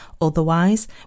otherwise